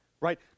right